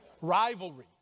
Rivalry